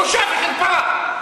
בושה וחרפה.